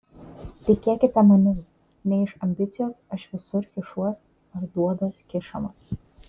tikėkite manim ne iš ambicijos aš visur kišuos ar duoduos kišamas